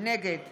נגד